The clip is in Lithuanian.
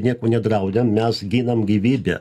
nieko nedraudėm mes ginam gyvybę